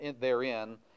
therein